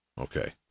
Okay